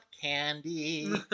candy